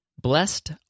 blessed